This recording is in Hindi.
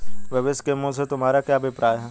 भविष्य के मूल्य से तुम्हारा क्या अभिप्राय है?